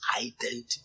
identity